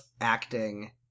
acting